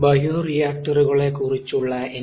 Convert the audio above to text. ബയോറിയാക്ടറുകളെ കുറിച്ചുള്ള എൻ